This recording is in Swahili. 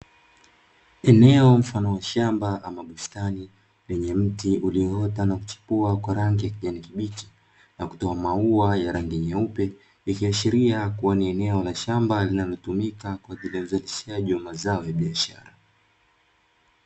Eneo mfano wa shamba ama bustani, lenye mti ulioota na kuchipua kwa rangi ya kijani kibichi na kutoa maua ya rangi nyeupe. Ikiashiria kuwa ni eneo la shamba linalotumika kwa ajili ya uzalishaji wa mazao ya biashara.